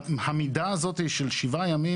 המידה הזאת של 7 ימים,